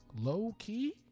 low-key